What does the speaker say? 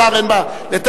אבל אם הוא יורד לוועדה,